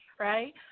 right